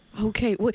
Okay